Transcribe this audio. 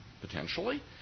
potentially